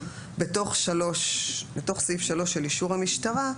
בתוך סעיף 3 של אישור המשטרה,